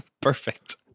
Perfect